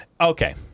Okay